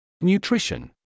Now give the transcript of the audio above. Nutrition